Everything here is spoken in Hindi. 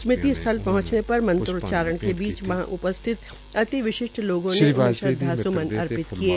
स्मृति स्थल पहंचने पर मंत्रोंचारण के बीच वहां उपस्थित अति विशिष्ट लोगों ने उन्हें श्रद्वास्मन अर्पित किये